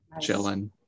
chilling